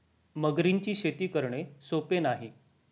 मगरींची शेती करणे सोपे नाही